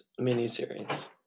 miniseries